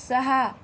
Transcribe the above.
सहा